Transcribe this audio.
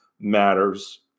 matters